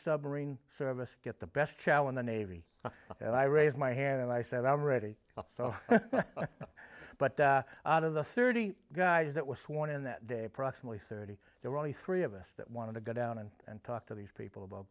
submarine service get the best shall in the navy and i raise my hand and i said i'm ready but out of the thirty guys that were sworn in that day approximately thirty there were only three of us that wanted to go down and talk to these people about